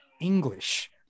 English